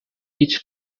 each